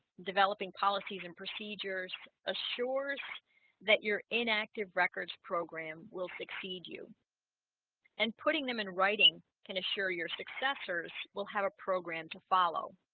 developing policies and procedures assures that your inactive records program will succeed you and putting them in writing can assure your successors will have a program to follow